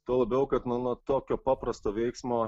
tuo labiau kad na nuo tokio paprasto veiksmo